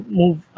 move